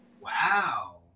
Wow